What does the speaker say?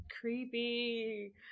Creepy